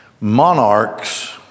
monarchs